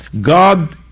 God